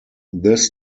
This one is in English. this